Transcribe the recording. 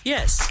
Yes